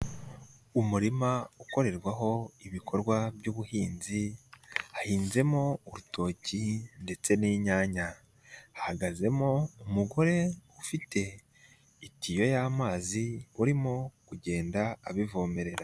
Umurima ukorerwaho ibikorwa by'ubuhinzi hahinzemo urutoki ndetse n'inyanya. Hahagazemo umugore ufite itiyo y'amazi urimo kugenda abivomerera.